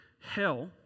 Hell